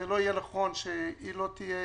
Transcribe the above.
זה לא יהיה נכון שהיא לא תהיה